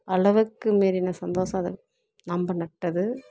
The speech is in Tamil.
அளவுக்கு மீறின சந்தோஷம் அது நம்ம நட்டது